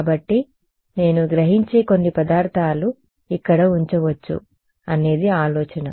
కాబట్టి నేను గ్రహించే కొన్ని పదార్థాలు ఇక్కడ ఉంచవచ్చు అనేది ఆలోచన